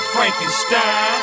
Frankenstein